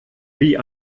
wie